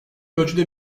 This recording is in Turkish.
ölçüde